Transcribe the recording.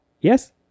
Yes